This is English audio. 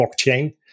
blockchain